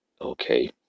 Okay